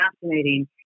fascinating